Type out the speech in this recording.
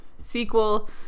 sequel